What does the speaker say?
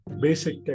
basic